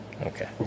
Okay